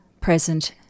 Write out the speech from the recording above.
present